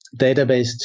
database